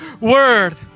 Word